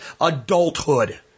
Adulthood